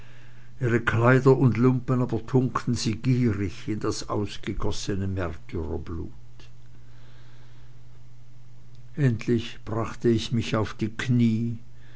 ihre kleider und lumpen aber tunkten sie gierig in das ausgegossene märtyrerblut endlich brachte ich mich auf die kniee